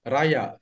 Raya